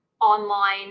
online